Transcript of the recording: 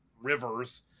rivers